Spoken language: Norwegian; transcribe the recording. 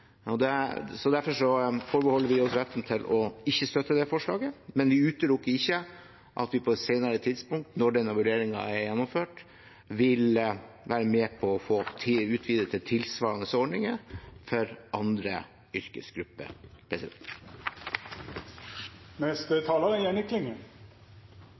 Derfor forbeholder vi oss retten til ikke å støtte det forslaget, men vi utelukker ikke at vi på et senere tidspunkt, når denne vurderingen er gjennomført, vil være med på å få utvidet tilsvarende ordninger for andre yrkesgrupper.